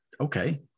okay